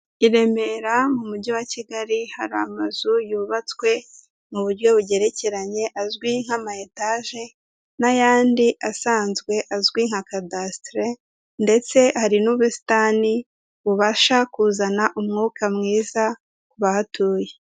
I remera mu mujyi wa kigali hari amazu yubatswe mu buryo bugerekeranye, azwi nk'ama etage n'ayandi asanzwe azwi nka kadasiteri ndetse hari n'ubusitani bubasha kuzana umwuka mwiza ku bahatuye.